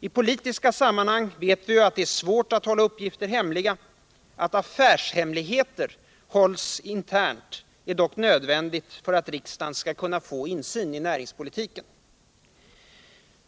I politiska sammanhang vet vi ju att det är svårt att hålla uppgifter hemliga. Att affärshemligheter förblir interna är dock nödvändigt för att riksdagen skall kunna få insyn i näringspolitiken.